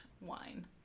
wine